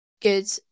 good